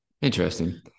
Interesting